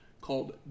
called